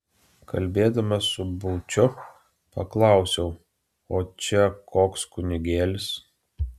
kalbėdamas su būčiu paklausiau o čia koks kunigėlis